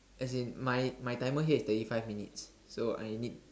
as in my my timer here is thirty five minutes so I need